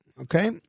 okay